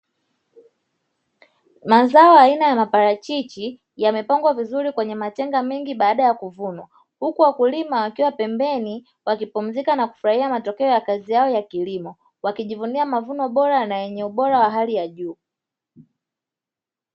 Mazao aina ya maparachichi, yamepangwa vizuri kwenye matenga mengi baada ya kuvunwa, huku wakulima wakiwa pembeni wakipumzika na kufurahiya matokeo ya kazi yao ya kilimo, wakijivunia mavuno bora na yenye ubora wa hali ya juu.